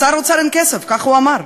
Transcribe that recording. לשר האוצר אין כסף, כך הוא אמר,